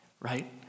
right